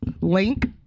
Link